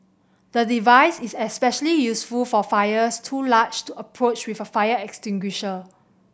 the device is especially useful for fires too large to approach with a fire extinguisher